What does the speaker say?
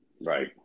Right